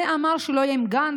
זה אמר שהוא לא יהיה עם גנץ,